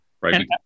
right